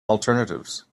alternatives